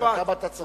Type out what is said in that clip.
כמה זמן אתה צריך?